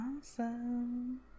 Awesome